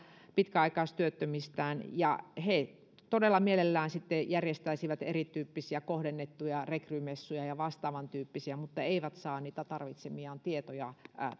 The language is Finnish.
pitkäaikaistyöttömistään ja he todella mielellään sitten järjestäisivät erityyppisiä kohdennettuja rekrymessuja ja vastaavantyyppisiä mutta eivät saa niitä tarvitsemiaan tietoja